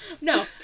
No